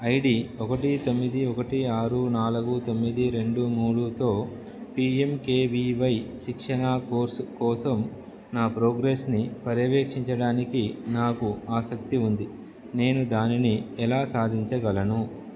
ID ఒకటి తొమ్మిది ఒకటి ఆరు నాలుగు తొమ్మిది రెండు మూడుతో పిఎంకేవీవై శిక్షణా కోర్సు కోసం నా ప్రోగ్రెస్ని పర్యవేక్షించడానికి నాకు ఆసక్తి ఉంది నేను దానిని ఎలా సాధించగలను